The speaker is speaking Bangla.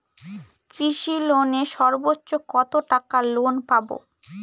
কৃষি লোনে সর্বোচ্চ কত টাকা লোন পাবো?